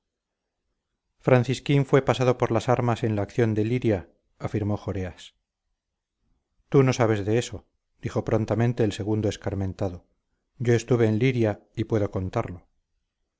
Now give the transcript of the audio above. francisquín fue pasado por las armas en la acción de liria afirmó joreas tú no sabes de eso dijo prontamente el segundo escarmentado yo estuve en liria y puedo contarlo